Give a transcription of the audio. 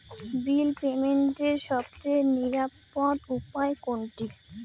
বিল পেমেন্টের সবচেয়ে নিরাপদ উপায় কোনটি?